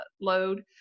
load